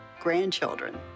grandchildren